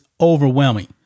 overwhelming